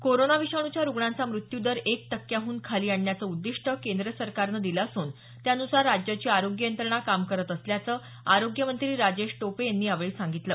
corona विषाणूच्या रुग्णांचा मृत्यू दर एक टक्क्याहून खाली आणण्याचं उद्दिष्ट केंद्र सरकारनं दिलं असून त्यानुसार राज्याची आरोग्य यंत्रणा काम करत असल्याचं आरोग्यमंत्री टोपे यांनी यावेळी सांगितलं